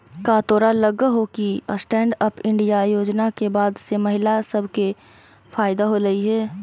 का तोरा लग हो कि स्टैन्ड अप इंडिया योजना के बाद से महिला सब के फयदा होलई हे?